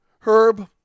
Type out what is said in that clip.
Herb